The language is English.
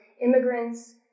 immigrants